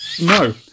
No